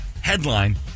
headline